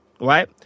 right